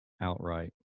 outright